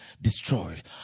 destroyed